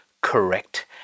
correct